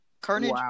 Carnage